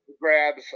Grabs